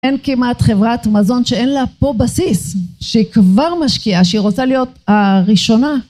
אין כמעט חברת מזון שאין לה פה בסיס, שהיא כבר משקיעה, שהיא רוצה להיות הראשונה.